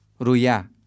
Ruya